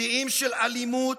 שיאים של אלימות,